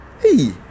Hey